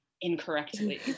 incorrectly